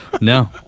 No